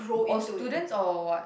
all students or what